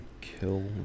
Kill